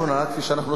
כפי שאנחנו שומעים,